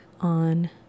on